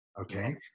Okay